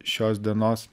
šios dienos